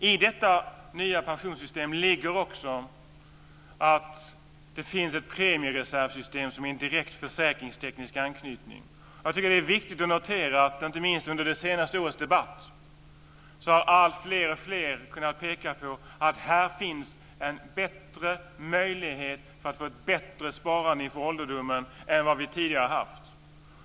I detta nya pensionssystem ligger också att det finns ett premiereservssystem som är en direkt försäkringsteknisk anknytning. Det är viktigt att notera att inte minst under de senaste årens debatt har alltfler kunnat peka på att här finns bättre möjlighet att få ett bättre sparande inför ålderdomen än vad vi tidigare haft.